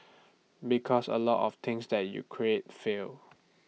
because A lot of things that you create fail